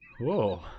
Whoa